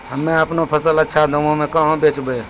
हम्मे आपनौ फसल अच्छा दामों मे कहाँ बेचबै?